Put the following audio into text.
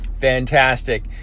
Fantastic